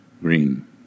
Green